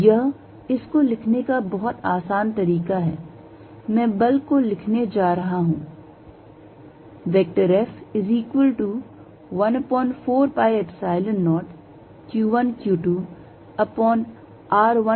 यह इसको लिखने का बहुत आसान तरीका है मैं बल को लिखने जा रहा हूं